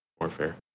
Warfare